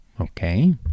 Okay